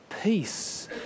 Peace